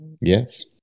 Yes